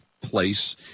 Place